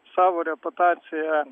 savo reputaciją